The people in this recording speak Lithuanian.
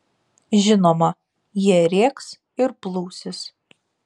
žinoma jie rėks ir plūsis